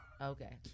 Okay